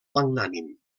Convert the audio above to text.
magnànim